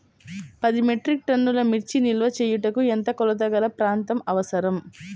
పది మెట్రిక్ టన్నుల మిర్చి నిల్వ చేయుటకు ఎంత కోలతగల ప్రాంతం అవసరం?